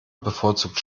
bevorzugt